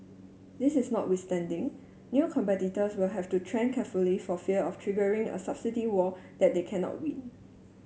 this is notwithstanding new competitors will have to tread carefully for fear of triggering a subsidy war that they cannot win